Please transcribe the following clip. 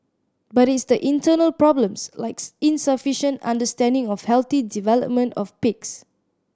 but it's the internal problems likes insufficient understanding of healthy development of pigs